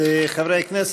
אורי מקלב,